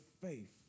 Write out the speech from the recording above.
faith